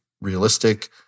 realistic